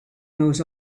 knows